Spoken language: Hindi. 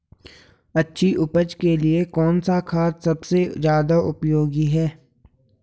अच्छी उपज के लिए कौन सा खाद सबसे ज़्यादा उपयोगी है?